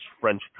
French